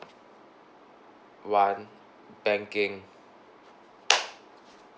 one banking